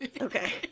Okay